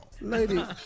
Lady